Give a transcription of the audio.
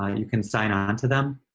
you can sign on to them